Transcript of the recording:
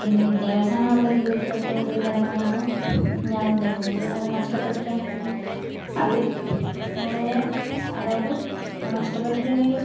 പിന്നെ വിദ്യാഭ്യാസമാണ് നമ്മുടെ ജീവിതത്തിലെ ഏറ്റവും വലിയൊരു ഘടകംന്നാണ് ഞാൻ വിചാരിക്കുന്നത് അത് നഷ്ടപ്പെട്ടിട്ടുണ്ടെങ്കിൽ അത് വളരേ അതായത് നഷ്ടപ്പെട്ടിട്ടുണ്ടെങ്കിൽ